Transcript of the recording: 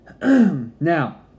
Now